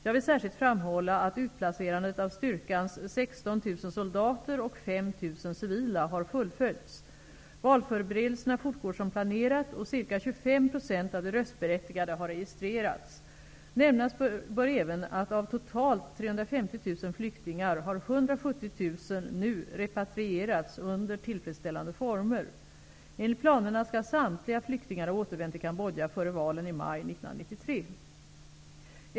Jag vill särskilt framhålla att utplacerandet av styrkans Nämnas bör även att av totalt 350 000 flyktingar har 170 000 nu repatrierats under tillfredsställande former. Enligt planerna skall samtliga flyktingar ha återvänt till Kambodja före valen i maj 1993.